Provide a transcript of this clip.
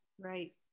Right